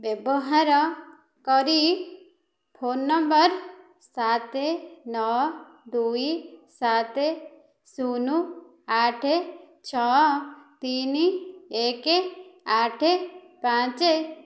ବ୍ୟବହାର କରି ଫୋନ୍ ନମ୍ବର ସାତ ନଅ ଦୁଇ ସାତ ଶୂନ ଆଠ ଛଅ ତିନି ଏକ ଆଠ ପାଞ୍ଚ